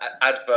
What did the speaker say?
advert